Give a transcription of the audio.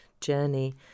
journey